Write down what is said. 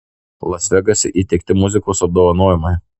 las vegase įteikti muzikos apdovanojimai